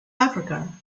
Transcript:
africa